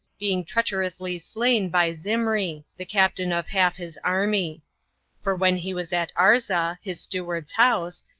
being treacherously slain by zimri, the captain of half his army for when he was at arza, his steward's house,